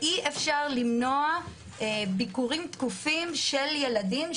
אי אפשר למנוע ביקורים תכופים של ילדים,